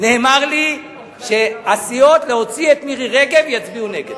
נאמר לי שהסיעות, להוציא את מירי רגב, יצביעו נגד.